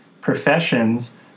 professions